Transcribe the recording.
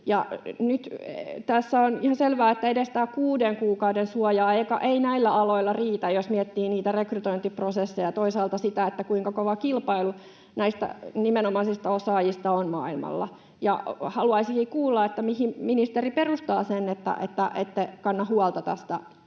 tässä on ihan selvää, että edes tämä kuuden kuukauden suoja-aika ei näillä aloilla riitä, jos miettii niitä rekrytointiprosesseja ja toisaalta sitä, kuinka kova kilpailu näistä nimenomaisista osaajista on maailmalla. Haluaisinkin kuulla, mihin ministeri perustaa sen, että ette kanna huolta tästä